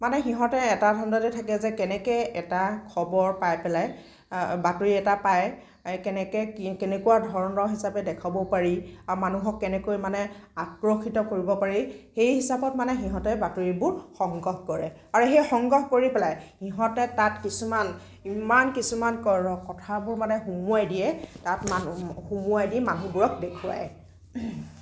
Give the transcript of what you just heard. মানে সিহঁতে এটা ধান্দাতে থাকে যে কেনেকৈ এটা খবৰ পাই পেলাই বাতৰি এটা পায় কেনেকৈ কি কেনেকুৱা ধৰণৰ হিচাপে দেখুৱাব পাৰি আৰু মানুহক কেনেকৈ মানে আকৰ্ষিত কৰিব পাৰি সেই হিচাপত মানে সিহঁতে বাতৰিবোৰ সংগ্ৰহ কৰে আৰু সেই সংগ্ৰহ কৰি পেলাই সিহঁতে তাত কিছুমান ইমান কিছুমান কথাবোৰ মানে সোমোৱাই দিয়ে তাত সোমোৱাই দি মানুহবোৰক দেখুৱায়